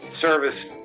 service